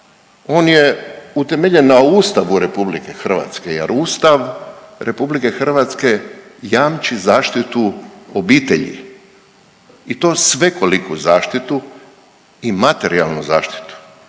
on je utemeljen na Ustavu RH jer Ustav RH jamči zaštitu obitelji i to svekoliku zaštitu i materijalnu zaštitu.